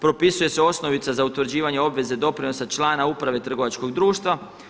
Propisuje se osnovica za utvrđivanje obveze doprinosa člana uprave trgovačkog društva.